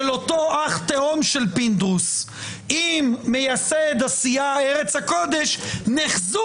אותו אח תאום של פינדרוס עם מייסד סיעת ארץ הקוד נחזו